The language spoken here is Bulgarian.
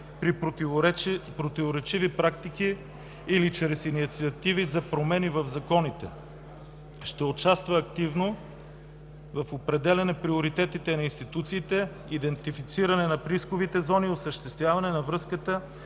при противоречиви практики или чрез инициативи за промени в законите. Ще участва активно в определяне приоритетите на институциите, идентифициране в рисковите зони и осъществяване на връзката